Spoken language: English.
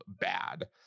bad